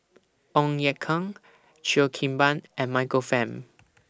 Ong Ye Kung Cheo Kim Ban and Michael Fam